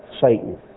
Satan